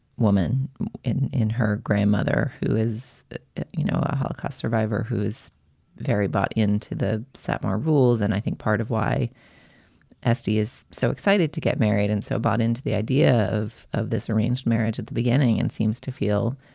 woman in in her grandmother, who is you know a holocaust survivor whose very bought into the satmar rules and i think part of why s d. is so excited to get married and so bought into the idea of of this arranged marriage at the beginning and seems to feel,